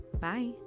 Bye